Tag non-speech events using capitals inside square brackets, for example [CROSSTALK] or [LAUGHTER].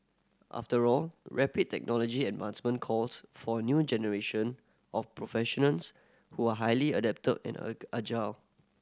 after all rapid technology advancement calls for a new generation of professionals who are highly adaptable and [UNINTELLIGIBLE] agile